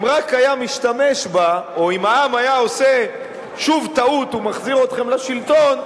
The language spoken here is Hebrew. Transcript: אם רק היה משתמש בה או אם העם היה עושה שוב טעות ומחזיר אתכם לשלטון,